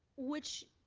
which.